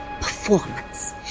performance